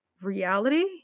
reality